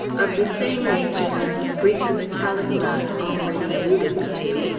of the same nature as the brief, metallic laugh already alluded to,